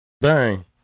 Bang